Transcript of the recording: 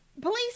Police